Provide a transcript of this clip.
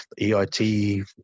EIT